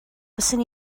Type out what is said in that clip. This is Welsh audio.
buaswn